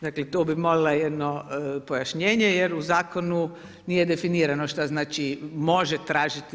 Dakle, tu bih molila jedno pojašnjenje jer u zakonu nije definirano što znači može tražiti.